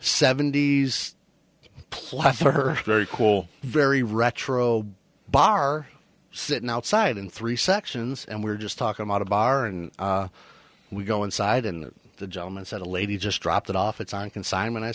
seventy's platter very cool very retro bar sitting outside in three sections and we're just talking about a bar and we go inside and the gentleman said the lady just dropped it off it's on consignment i